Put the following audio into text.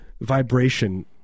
vibration